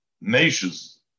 nations